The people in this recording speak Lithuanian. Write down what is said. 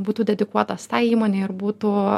būtų dedikuotas tai įmonei ir būtų